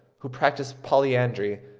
who practise polyandry,